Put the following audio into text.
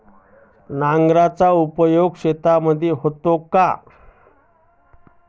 नांगराचा उपयोग शेतीमध्ये होतो का?